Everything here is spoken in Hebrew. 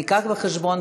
ניקח בחשבון,